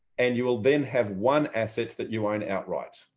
and you will then have one asset that you own outright.